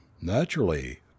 naturally